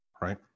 right